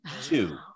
two